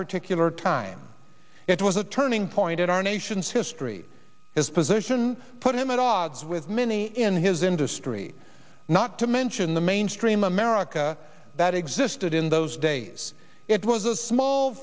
particular time it was a turning point in our nation's history his position put him at odds with many in his industry not to mention the mainstream america that existed in those days it was a small